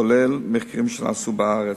כולל מחקרים שנעשו בארץ.